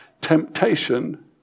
temptation